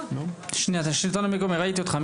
שנייה השלטון המקומי ראיתי אותך.